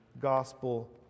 gospel